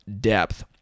depth